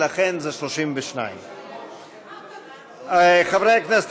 לכן זה 32. חברי הכנסת,